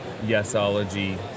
yesology